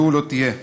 היה לא תהיה.